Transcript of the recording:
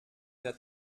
der